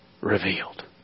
revealed